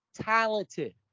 talented